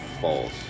false